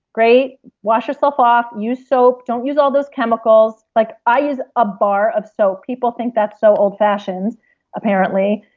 great wash yourself off. use soap. don't use all those chemicals. like i use a bar of soap people think that's so old fashioned apparently,